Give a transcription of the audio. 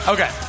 Okay